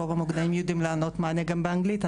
רוב המוקדנים יודעים לענות מענה גם באנגלית,